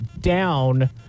down